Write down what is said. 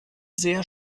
sehr